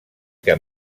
que